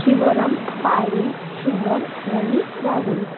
Shibram Payel Suman Moni Rahul